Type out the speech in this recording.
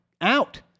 out